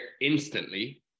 instantly